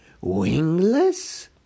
Wingless